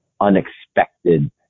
Unexpected